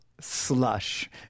slush